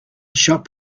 shop